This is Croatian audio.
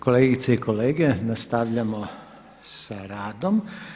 Kolegice i kolege nastavljamo sa radom.